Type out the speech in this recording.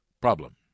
problem